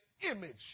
image